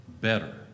better